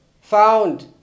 found